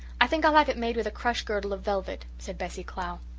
i think i'll have it made with a crush girdle of velvet, said bessie clow.